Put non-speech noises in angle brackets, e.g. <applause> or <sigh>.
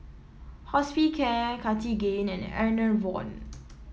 Hospicare Cartigain and Enervon <noise>